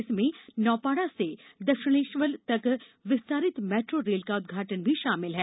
इनमें नौपाड़ा से दक्षिणेश्वर तक विस्ताररित मैट्रो रेल का उद्घाटन भी शामिल है